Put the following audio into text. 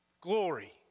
glory